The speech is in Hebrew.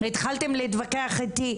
התחלתם להתווכח איתי.